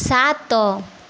ସାତ